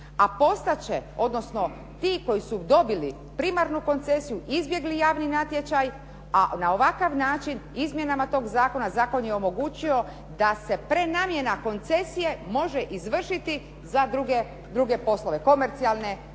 a postat će, odnosno ti koji su dobili primarnu koncesiju, izbjegli javni natječaj, a na ovakav način izmjenama tog zakona, zakon je omogućio da se prenamjena koncesije može izvršiti za druge poslove, komercijalne